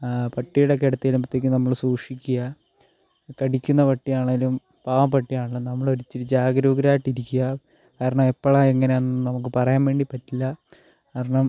പട്ടിയുടെ ഒക്കെ അടുത്ത് ചെല്ലുമ്പോഴ്ത്തേക്ക് നമ്മൾ സൂക്ഷിക്കുക കടിക്കുന്ന പട്ടി ആണെങ്കിലും പാവം പട്ടി ആണെങ്കിലും നമ്മൾ ഒരിച്ചിരി ജാഗരൂകരായിരിക്കുക കാരണം എപ്പോഴാണ് എങ്ങനാന്നൊന്നും നമുക്ക് പറയാൻ വേണ്ടി പറ്റില്ല കാരണം